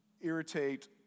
irritate